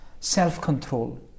Self-control